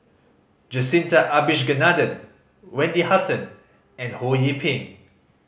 Jacintha Abisheganaden Wendy Hutton and Ho Yee Ping